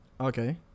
okay